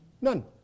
None